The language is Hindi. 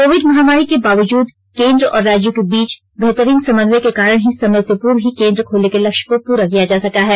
कोविड महामारी के बावजूद केन्द्र और राज्यों के बीच बेहतरीन समन्वय के कारण ही समय से पूर्व ही केन्द्र खोलने के लक्ष्य को पूरा किया जा सका है